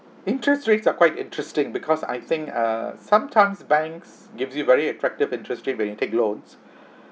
interest rates are quite interesting because I think err sometimes banks gives you very attractive interest rate when you take loans